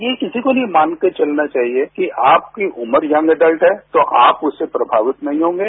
ये किसी को नहीं मानकर चलना चाहिए कि आपकी उम्र यंग एडल्ट है तो आप उससे प्रमावित नहीं होंगे